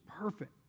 perfect